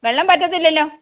വെള്ളം വറ്റത്തില്ലല്ലോ